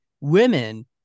women